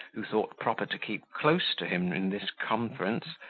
who thought proper to keep close to him in this conference,